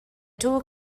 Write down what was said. two